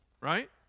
Right